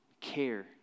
care